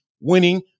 winning